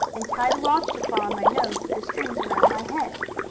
and tie the lobster claw on my nose with the string around my head.